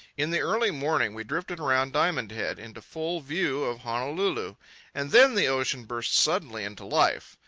in the early morning we drifted around diamond head into full view of honolulu and then the ocean burst suddenly into life.